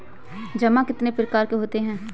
जमा कितने प्रकार के होते हैं?